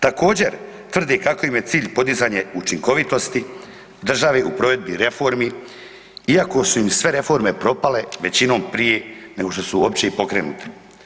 Također, tvrdi kako im je cilj podizanje učinkovitosti države u provedbi reformi iako su im sve reforme propale većinom prije nego što su uopće i pokrenute.